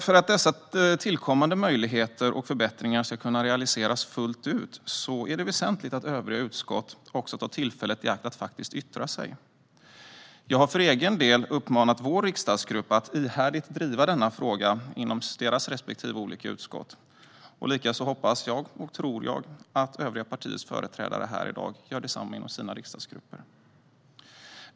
För att dessa tillkommande möjligheter och förbättringar ska kunna realiseras fullt ut är det väsentligt att övriga utskott tar tillfället i akt att faktiskt yttra sig. Jag har för egen del uppmanat ledamöterna i vår riksdagsgrupp att ihärdigt driva denna fråga inom sina olika utskott. Likaså hoppas och tror jag att övriga partiers företrädare här i dag gör detsamma inom sina riksdagsgrupper.